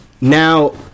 now